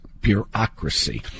bureaucracy